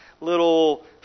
little